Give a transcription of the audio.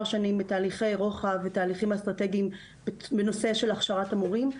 שנים בתהליכי רוחב ותהליכים אסטרטגיים בנושא הכשרת המורים.